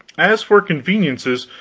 as for conveniences,